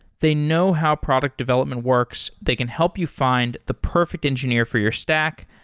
they know how product development works. they can help you find the perfect engineer for your stack,